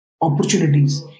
opportunities